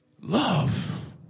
Love